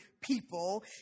people